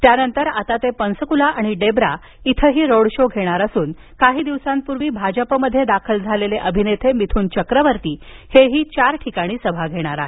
त्यानंतर ते पंसकुला आणि डेब्रा इथं रोड शो घेणार असून काही दिवसांपूर्वी भाजपमध्ये दाखल झालेले अभिनेते मिथुन चक्रवर्ती हे ही चार ठिकाणी सभा घेणार आहेत